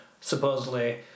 supposedly